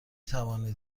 توانید